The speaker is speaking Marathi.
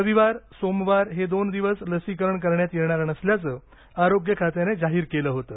रविवार सोमवार हे दोन दिवस लसीकरण करण्यात येणार नसल्याचं आरोग्य खात्याने जाहीर केलं होतं